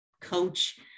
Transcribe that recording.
coach